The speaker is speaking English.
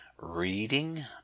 reading